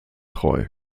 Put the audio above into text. treu